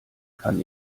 kann